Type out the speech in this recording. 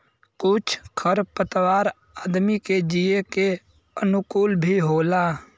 कुछ खर पतवार आदमी के जिये के अनुकूल भी होला